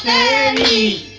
a